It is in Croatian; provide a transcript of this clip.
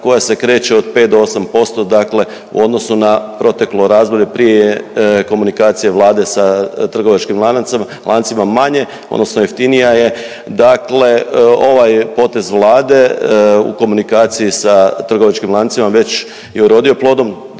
koja se kreće od 5 do 8%, dakle u odnosu na proteklo razdoblje prije komunikacije Vlade sa trgovačkim lancima manje, odnosno jeftinija je. Dakle ovaj potez Vlade u komunikaciji sa trgovačkim lancima već je urodio plodom,